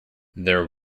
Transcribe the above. there